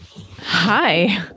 Hi